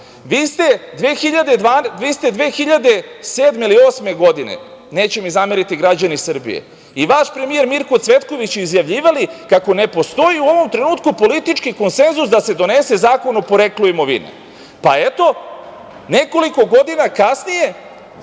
ste 2007. ili 2008. godine, neće mi zameriti građani Srbije, i vaš premijer Mirko Cvetković izjavljivali kako ne postoji u ovom trenutku politički konsenzus da se donese zakon o poreklu imovine. Pa, eto, nekoliko godina kasnije,